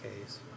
case